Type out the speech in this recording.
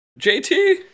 JT